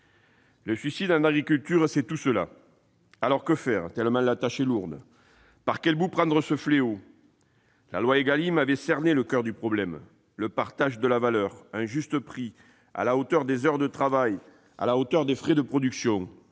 Le suicide en agriculture, c'est tout cela. Alors que faire, tellement la tâche est lourde ? Par quel bout prendre ce fléau ? La loi Égalim avait cerné le coeur du problème : le partage de la valeur, la nécessité d'un juste prix, à la hauteur des heures de travail et des frais de production.